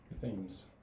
Themes